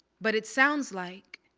but it sounds like,